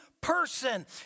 person